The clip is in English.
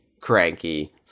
Cranky